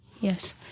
yes